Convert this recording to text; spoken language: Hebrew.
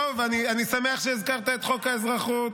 אני שמח שהזכרת את חוק האזרחות.